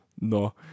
No